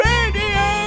Radio